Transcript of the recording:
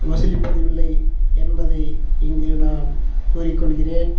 வசூலிப்பதில்லை என்பதை இங்கு நான் கூறிக்கொள்கிறேன்